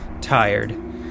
tired